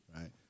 right